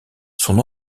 son